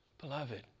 Beloved